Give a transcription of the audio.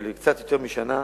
של קצת יותר משנה,